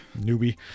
Newbie